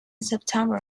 september